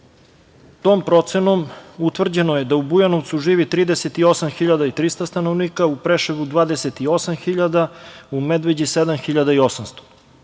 Tom procenom utvrđeno je da u Bujanovcu živi 38.300 stanovnika, u Preševu 28.000, u Medveđi 7.800.